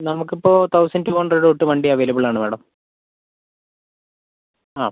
നമുക്കിപ്പോൾ thousand two hundred തൊട്ട് വണ്ടി അവൈലബിള് ആണ് മാഡം ആ